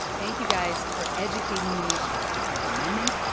thank you guys for educating me about the fourth amendment,